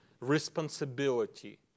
responsibility